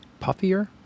puffier